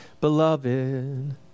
Beloved